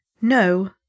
No